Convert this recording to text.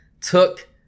took